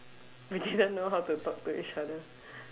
we didn't know how to talk to each other